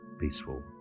peaceful